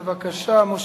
בבקשה.